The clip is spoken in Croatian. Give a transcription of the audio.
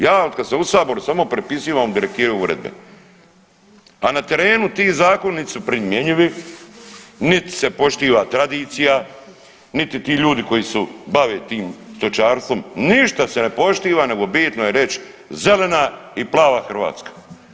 Ja od kada sam u saboru samo pripisivamo direktive i uredbe, a na terenu ti zakoni nit su primjenjivi, nit se poštiva tradicija, niti ti ljudi koji se bave tim stočarstvom ništa se ne poštiva, nego je bitno reć zelena i plava Hrvatska.